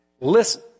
listen